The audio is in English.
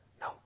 No